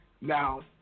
Now